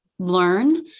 learn